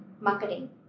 marketing